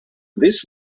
this